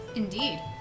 Indeed